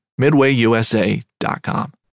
MidwayUSA.com